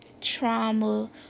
trauma